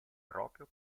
proprio